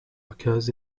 occurs